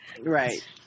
Right